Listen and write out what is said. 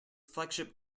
flagship